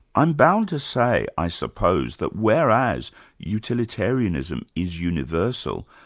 i'm bound to say i suppose that, whereas utilitarianism is universal,